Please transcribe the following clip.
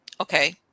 Okay